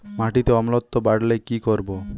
মাটিতে অম্লত্ব বাড়লে কি করব?